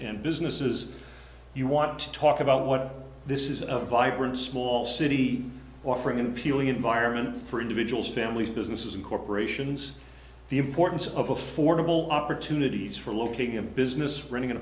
and businesses you want to talk about what this is a vibrant small city offering an appealing environment for individuals families businesses and corporations the importance of affordable opportunities for locating a business running an